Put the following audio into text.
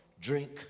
drink